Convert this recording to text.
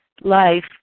life